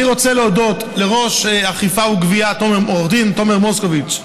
אני רוצה להודות לראש רשות האכיפה והגבייה עו"ד תומר מוסקוביץ,